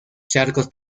charcos